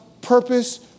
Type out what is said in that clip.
purpose